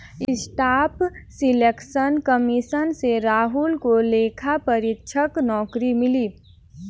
staff selection commission से राहुल को लेखा परीक्षक नौकरी मिली